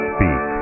Speak